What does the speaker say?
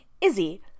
Izzy